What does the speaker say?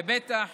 ובטח